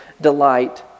delight